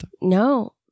no